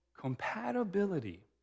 Compatibility